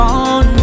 on